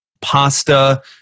pasta